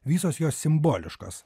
visos jos simboliškos